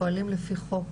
פועלים לפי חוק,